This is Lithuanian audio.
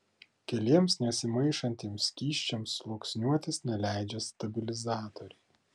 keliems nesimaišantiems skysčiams sluoksniuotis neleidžia stabilizatoriai